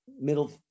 middle